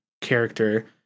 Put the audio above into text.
character